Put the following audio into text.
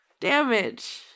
Damage